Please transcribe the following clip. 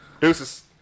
Deuces